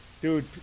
dude